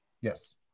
Yes